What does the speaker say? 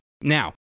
now